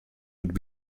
would